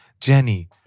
Jenny